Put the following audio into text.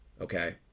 Okay